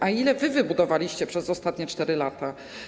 A ile wy wybudowaliście przez ostatnie 4 lata?